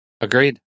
Agreed